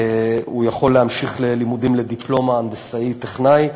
הוא יכול להמשיך בלימודים לדיפלומה של הנדסאי או טכנאי,